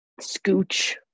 scooch